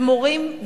ומורים,